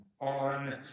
on